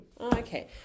okay